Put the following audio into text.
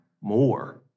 more